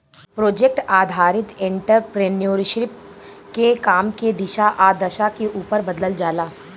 project आधारित entrepreneurship के काम के दिशा आ दशा के उपर बदलल जाला